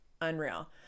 unreal